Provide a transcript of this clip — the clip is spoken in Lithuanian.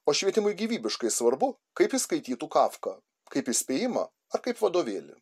o švietimui gyvybiškai svarbu kaip ji skaitytų kafką kaip įspėjimą ar kaip vadovėlį